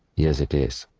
yes, it is.